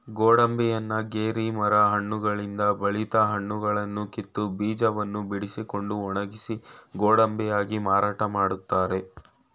ಗೋಡಂಬಿಯನ್ನ ಗೇರಿ ಮರ ಹಣ್ಣುಗಳಿಂದ ಬಲಿತ ಹಣ್ಣುಗಳನ್ನು ಕಿತ್ತು, ಬೀಜವನ್ನು ಬಿಡಿಸಿಕೊಂಡು ಒಣಗಿಸಿ ಗೋಡಂಬಿಯಾಗಿ ಮಾರಾಟ ಮಾಡ್ತರೆ